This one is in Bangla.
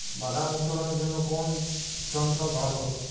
বাদাম উত্তোলনের জন্য কোন যন্ত্র ভালো?